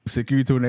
Security